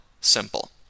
simple